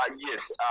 Yes